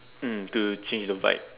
mm to change the vibe